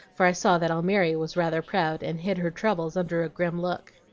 for i saw that almiry was rather proud, and hid her troubles under a grim look.